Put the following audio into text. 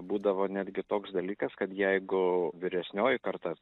būdavo netgi toks dalykas kad jeigu vyresnioji karta